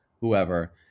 whoever